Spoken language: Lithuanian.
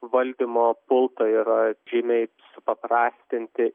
valdymo pultai yra žymiai supaprastinti